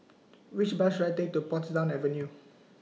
Which Bus should I Take to Portsdown Avenue